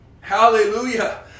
hallelujah